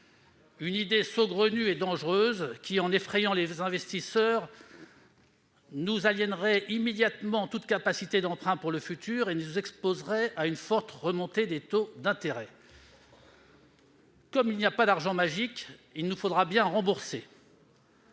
Cette idée saugrenue et dangereuse, en effrayant les investisseurs, aliénerait immédiatement notre capacité d'emprunts futurs et nous exposerait à une forte remontée des taux d'intérêt. Comme il n'y a pas d'argent magique, il nous faudra bien rembourser